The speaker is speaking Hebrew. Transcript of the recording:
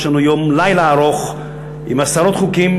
יש לנו לילה ארוך עם עשרות חוקים,